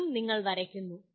ഇതും നിങ്ങൾ വരയ്ക്കുന്നു